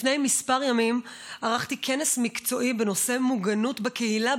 לפני כמה ימים ערכתי כנס מקצועי בנושא מוגנות בקהילה,